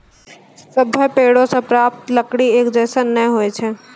सभ्भे पेड़ों सें प्राप्त लकड़ी एक जैसन नै होय छै